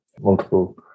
multiple